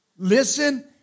Listen